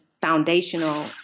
foundational